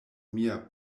mia